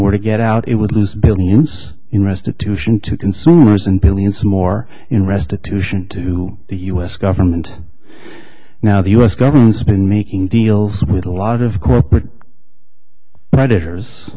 were to get out it would lose billions in restitution to consumers and billions more in restitution to the us government now the u s government's been making deals with a lot of corporate cred